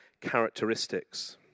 characteristics